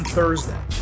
Thursday